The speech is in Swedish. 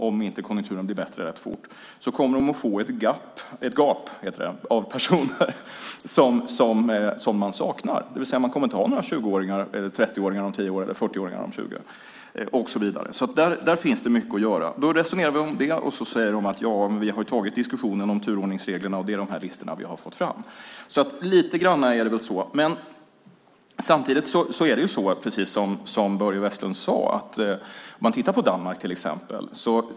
Om inte konjunkturen blir bättre kommer de att få, som också 90-talskrisen visade, ett gap där man saknar personer. Man kommer inte att ha några 20-åringar eller 30-åringar om 10 år eller 40-åringar om 20 år. Där finns det mycket att göra. Vi resonerade om det, och sedan sade de: Vi har ju tagit diskussionen om turordningsreglerna, och det är de här listorna vi har fått fram. Så är det väl lite grann, men samtidigt är det så som Börje Vestlund sade. Låt oss till exempel titta på Danmark.